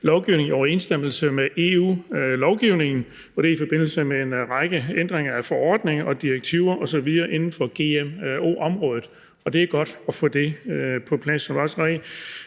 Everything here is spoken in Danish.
lovgivning i overensstemmelse med EU-lovgivningen, og det er i forbindelse med en række ændringer af forordninger og direktiver osv. inden for gmo-området. Det er godt at få det på plads.